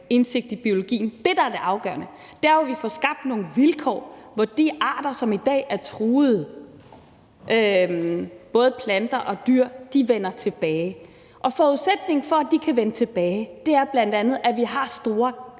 indsigt i biologien. Det, der er det afgørende, er jo, at vi får skabt nogle vilkår, hvor de arter – det er både planter og dyr – som i dag er truede, vender tilbage. Forudsætningen for, at de kan vende tilbage, er bl.a., at vi har store